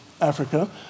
Africa